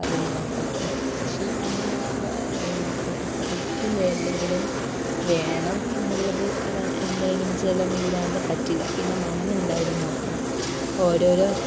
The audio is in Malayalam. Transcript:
അത് ഒന്ന് നോക്കണം നെൽ കൃഷി പിന്നെ നെല്ല് അത്രയ്ക്കും വേണ്ടെങ്കിലും വേണം എന്നുള്ളത് അത് എന്തായാലും ജലമില്ലാതെ പറ്റില്ല പിന്നെ മണ്ണ് എന്തായാലും നോക്കണം ഓരോ ഓരോ